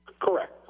Correct